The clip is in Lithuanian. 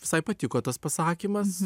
visai patiko tas pasakymas